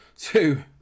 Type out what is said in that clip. Two